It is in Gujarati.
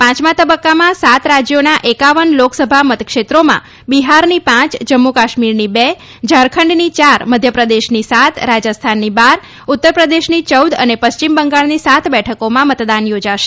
પાંચમા તબક્કામાં સાત રાજયોના એકાવન લોકસભા મતક્ષેત્રોમાં બિહારની પાંચ જમ્મ્ન કાશ્મીરની બે ઝારખંડની ચાર મધ્યપ્રદેશની સાત રાજસ્થાનની બાર ઉત્તર પ્રદેશની ચોદ અને પશ્ચિમ બંગાળની સાત બેઠકોમાં મતદાન યોજાશે